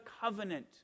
covenant